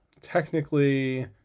technically